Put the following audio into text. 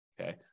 Okay